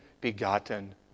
begotten